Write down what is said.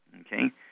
Okay